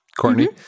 Courtney